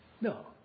No